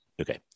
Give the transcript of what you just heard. Okay